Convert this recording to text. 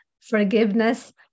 forgiveness